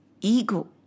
Ego